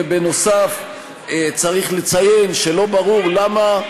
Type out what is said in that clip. ונוסף על כך צריך לציין שלא ברור למה,